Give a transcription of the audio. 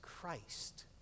Christ